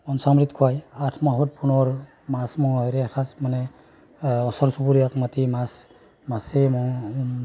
পঞ্চামৃত খুৱায় আঠমাহত পুনৰ মাছ মঙহৰে এসাঁজ মানে ওচৰ চুবুৰীয়াক মাতি মাছ মাছে মঙ